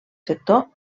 sector